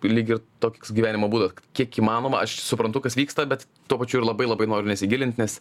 lyg ir toks gyvenimo būdas kiek įmanoma aš suprantu kas vyksta bet tuo pačiu ir labai labai noriu nesigilint nes